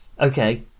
okay